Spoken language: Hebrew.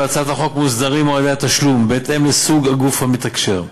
בהצעת החוק מוסדרים מועדי התשלום בהתאם לסוג הגוף המתקשר: